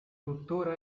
tuttora